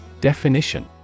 Definition